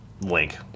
link